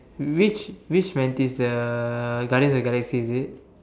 which which Mantis the guardians of the Galaxy is it